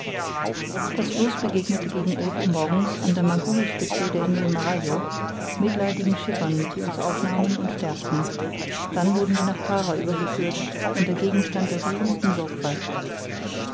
das floß begegnete gegen elf uhr morgens an der magouri spitze der insel marajo mitleidigen schiffern die uns aufnahmen und stärkten dann wurden wir nach para übergeführt und der gegenstand der rührendsten sorgfalt